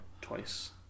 twice